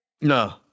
No